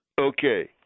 Okay